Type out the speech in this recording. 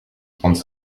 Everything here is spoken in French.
trente